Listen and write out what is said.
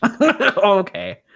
Okay